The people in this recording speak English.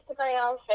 Instagram